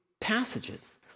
passages